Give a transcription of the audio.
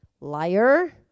liar